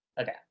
okay